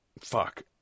Fuck